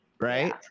Right